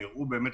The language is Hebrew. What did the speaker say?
והם הראו את